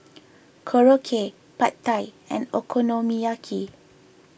Korokke Pad Thai and Okonomiyaki